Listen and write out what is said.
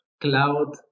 cloud